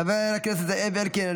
חבר הכנסת זאב אלקין,